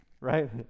right